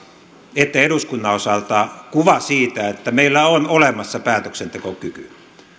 että eduskunnan osalta kuva siitä että meillä on olemassa päätöksentekokyky